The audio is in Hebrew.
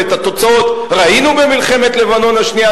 ואת התוצאות ראינו במלחמת לבנון השנייה,